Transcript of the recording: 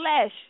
flesh